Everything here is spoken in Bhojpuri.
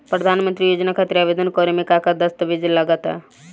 प्रधानमंत्री योजना खातिर आवेदन करे मे का का दस्तावेजऽ लगा ता?